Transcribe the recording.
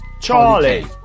Charlie